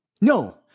No